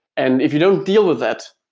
and if you don't deal with that,